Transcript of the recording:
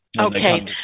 okay